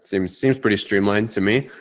seems seems pretty streamlined to me.